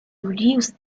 reduce